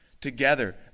Together